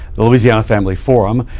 the louisiana family forum,